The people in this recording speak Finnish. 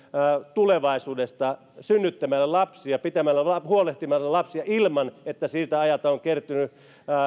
tulevaisuudesta synnyttämällä lapsia huolehtimalla lapsista ilman että siltä ajalta on kertynyt